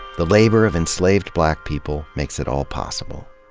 the labor of enslaved black people makes it all possible.